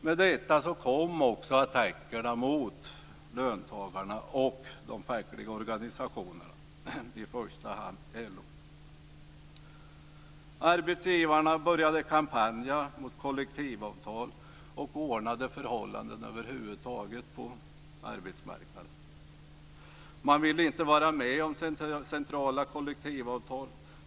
Med detta kom också attackerna mot löntagarna och de fackliga organisationerna, i första hand LO. Arbetsgivarna började kampanja mot kollektivavtal och ordnade förhållanden över huvud taget på arbetsmarknaden. Man ville inte vara med om centrala kollektivavtal.